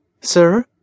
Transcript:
Sir